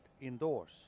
indoors